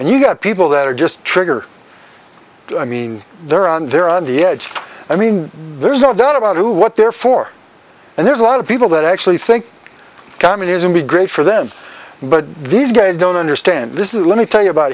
and you've got people that are just trigger i mean they're on they're on the edge i mean there's no doubt about who what they're for and there's a lot of people that actually think communism be great for them but these guys don't understand this is let me tell you about